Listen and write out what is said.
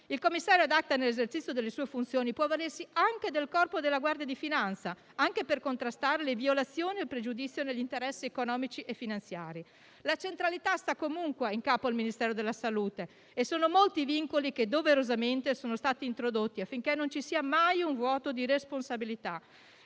Il commissario *ad acta* nell'esercizio delle sue funzioni può avvalersi del corpo della Guardia di finanza, anche per contrastare le violazioni o il pregiudizio degli interessi economici e finanziari. La centralità sta comunque in capo al Ministero della salute e sono molti i vincoli che doverosamente sono stati introdotti, affinché non ci sia mai un vuoto di responsabilità.